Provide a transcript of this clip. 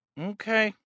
Okay